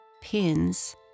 pins